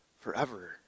forever